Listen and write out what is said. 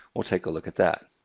we'll take a look at that.